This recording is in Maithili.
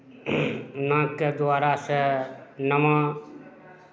नाकके द्वारासँ नम